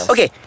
Okay